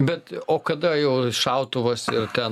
bet o kada jau šautuvas ir ten